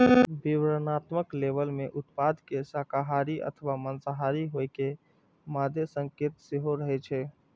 विवरणात्मक लेबल मे उत्पाद के शाकाहारी अथवा मांसाहारी होइ के मादे संकेत सेहो रहै छै